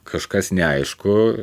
kažkas neaišku